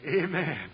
Amen